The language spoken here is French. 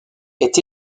est